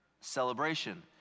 celebration